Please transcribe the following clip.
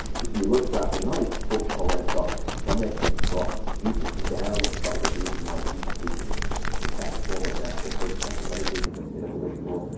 if you look throughout the night, cortisol then starts to plummet, and it drops beautifully down. it's part of the reason why deep sleep is the best form of natural blood pressure medication that you could ever wish for.